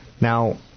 Now